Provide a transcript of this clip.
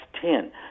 ten